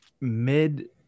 mid